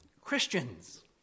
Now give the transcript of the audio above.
Christians